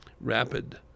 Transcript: rapid